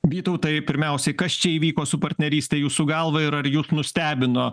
vytautai pirmiausiai kas čia įvyko su partneryste jūsų galva ir ar jus nustebino